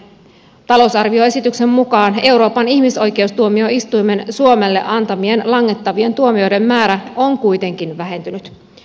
talousarvioesityksen mukaan euroopan ihmisoikeustuomioistuimen suomelle antamien langettavien tuomioiden määrä on kuitenkin vähentynyt